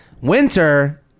Winter